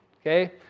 Okay